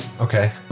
Okay